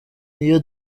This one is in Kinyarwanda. niyo